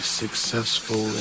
successful